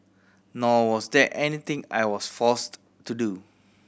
nor was there anything I was forced to do